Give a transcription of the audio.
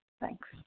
Thanks